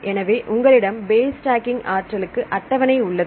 எனவே உங்களிடம் base stacking ஆற்றலுக்கு அட்டவணை உள்ளது